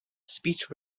speech